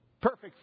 Perfect